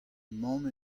mamm